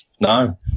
No